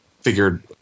figured